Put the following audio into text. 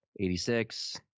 86